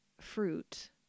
fruit